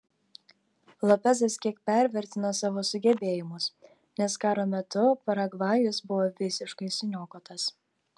lopezas kiek pervertino savo sugebėjimus nes karo metu paragvajus buvo visiškai suniokotas